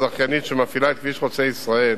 הזכיינית שמפעילה את כביש חוצה-ישראל,